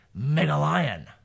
megalion